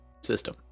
system